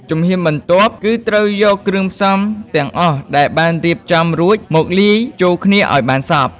ជំហានបន្ទាប់ គឺត្រូវយកគ្រឿងផ្សំទាំងអស់ដែលបានរៀបចំរួចមកលាយចូលគ្នាឱ្យបានសព្វ